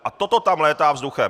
A toto tam létá vzduchem.